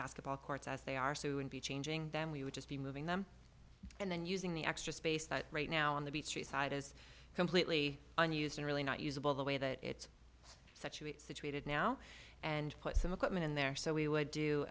basketball courts as they are soon be changing them we would just be moving them and then using the extra space that right now on the beach street side is completely unused and really not usable the way that it's such a situated now and put some equipment in there so we would do